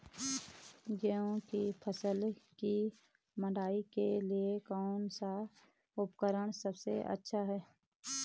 गेहूँ की फसल की मड़ाई के लिए कौन सा उपकरण सबसे अच्छा है?